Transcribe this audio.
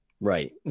Right